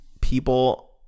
people